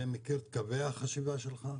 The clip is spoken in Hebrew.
ומכיר את קווי החשיבה שלך,